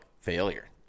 failure